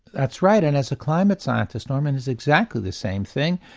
that's right and as a climate scientist norman it's exactly the same thing.